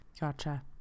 Gotcha